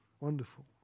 Wonderful